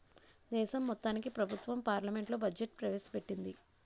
దేశం మొత్తానికి ప్రభుత్వం పార్లమెంట్లో బడ్జెట్ ప్రవేశ పెట్టింది